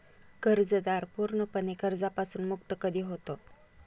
कर्जदार पूर्णपणे कर्जापासून मुक्त कधी होतो?